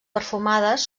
perfumades